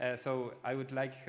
ah so i would like